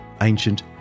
ancient